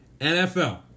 NFL